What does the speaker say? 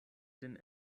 den